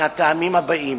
מהטעמים הבאים: